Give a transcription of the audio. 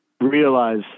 realize